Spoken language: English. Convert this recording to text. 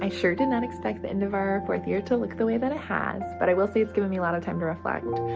sure did not expect the end of our fourth year to look the way that it has, but i will say it's given me a lot of time to reflect.